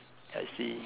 I see